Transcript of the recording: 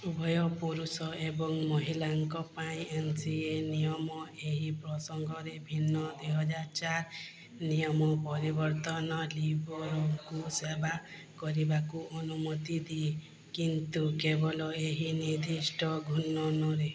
ଉଭୟ ପୁରୁଷ ଏବଂ ମହିଳାଙ୍କ ପାଇଁ ଏନ ସି ଏ ନିୟମ ଏହି ପ୍ରସଙ୍ଗରେ ଭିନ୍ନ ଦୁଇ ହଜାର ଚାରି ନିୟମ ପରିବର୍ତ୍ତନ ଲିବେରୋକୁ ସେବା କରିବାକୁ ଅନୁମତି ଦିଏ କିନ୍ତୁ କେବଳ ଏକ ନିର୍ଦ୍ଦିଷ୍ଟ ଘୂର୍ଣ୍ଣନରେ